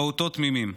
פעוטות תמימים.